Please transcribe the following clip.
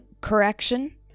correction